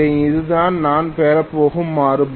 இதுதான் நான் பெறப்போகும் மாறுபாடு